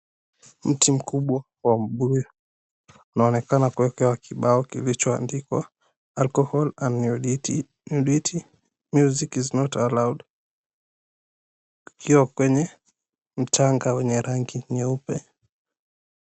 Mti mukubwa wa mbuyu unaonekana kuwekewa kibao kilicho andikwa, Alcohol and Nudity Music is not Allowed , ukiwa kwenye mchanga wenye rangi nyeupe.